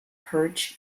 perch